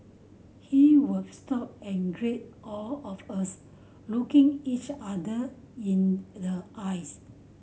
he would stop and greet all of us looking each other in the eyes